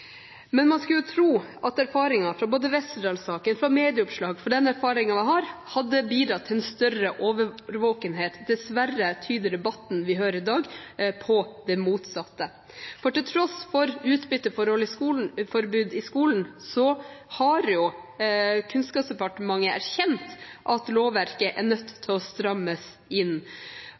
Man skulle tro at erfaringene fra Westerdal-saken og fra medieoppslag hadde bidratt til en større årvåkenhet. Dessverre tyder debatten vi har i dag, på det motsatte. Til tross for utbytteforbud i skolen har Kunnskapsdepartementet erkjent at lovverket er nødt til å bli strammet inn.